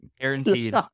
Guaranteed